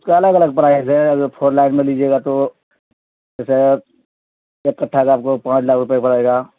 اس کا الگ الگ پرائز ہے اگر فور لاکھ میں لیجیے گا تو جیسے ایککٹھا کا آپ کو پانچ لاکھ روپے پڑے گا